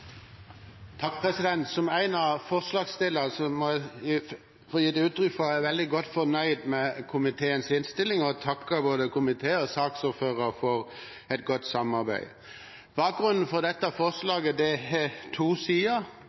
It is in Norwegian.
veldig godt fornøyd med komiteens innstilling, og jeg takker både komiteen og saksordføreren for et godt samarbeid. Bakgrunnen for dette forslaget har to sider.